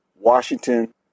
Washington